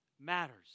matters